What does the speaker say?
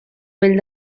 vell